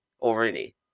already